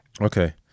Okay